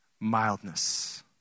mildness